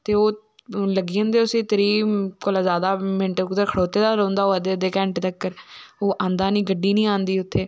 ते ओ लग्गी जंदे उसी त्रीह् कोला जादा मिन्ट कुदै खड़ोता दा गै रौह्ंदा ओह् अध्दे अध्दे घैंटे तक्कर ओ आंदा नी गड्डी नी आंदी उत्थे